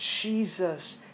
Jesus